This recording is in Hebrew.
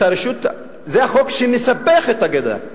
החוק שמספח את הגדה.